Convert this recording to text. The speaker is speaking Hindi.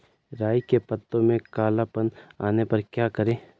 राई के पत्तों में काला पन आने पर क्या करें?